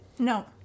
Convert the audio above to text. No